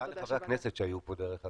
תודה לחברי הכנסת שהיו פה, דרך אגב.